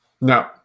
No